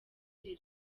iri